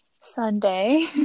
Sunday